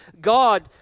God